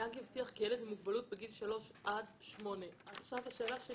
הנהג הבטיח כי ילד עם מוגבלות בגיל 3 עד 8. השאלה שלי